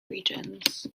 regions